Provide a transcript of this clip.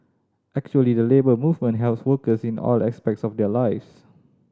actually the Labour Movement helps workers in all aspects of their lives